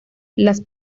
las